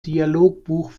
dialogbuch